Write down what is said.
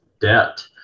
debt